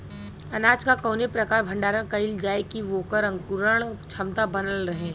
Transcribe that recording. अनाज क कवने प्रकार भण्डारण कइल जाय कि वोकर अंकुरण क्षमता बनल रहे?